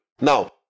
Now